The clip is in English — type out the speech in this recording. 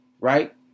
right